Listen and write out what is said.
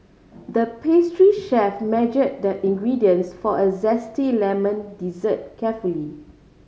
the pastry chef measure the ingredients for a zesty lemon dessert carefully